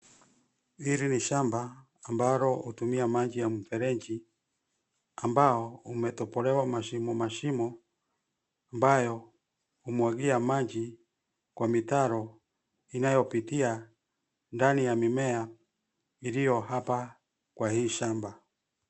Hili ni shamba ambalo hutumia maji ya mfereji, ambao umetobolewa mashimo mashimo ambayo humwagia maji kwa mitaro inayopitia ndani ya mimea iliyo hapa kwa hii shamba.